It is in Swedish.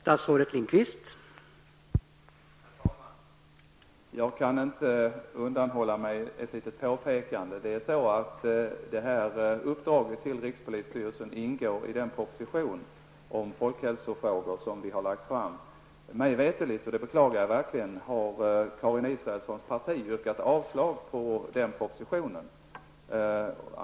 Herr talman! Jag kan inte underlåta att göra ett litet påpekande. Uppdraget till rikspolisstyrelsen ingår i propositionen om folkhälsofrågor som regeringen har lagt fram. Mig veterligt -- och det beklagar jag verkligen -- har Karin Israelssons parti yrkat avslag på propositionens förslag.